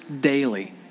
daily